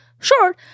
Sure